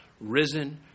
risen